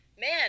Man